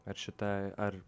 ar šita ar